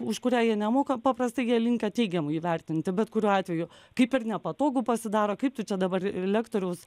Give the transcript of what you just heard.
už kurią jie nemoka paprastai jie linkę teigiamai įvertinti bet kuriuo atveju kaip ir nepatogu pasidaro kaip tu čia dabar ir lektoriaus